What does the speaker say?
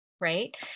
right